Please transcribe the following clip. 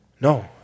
No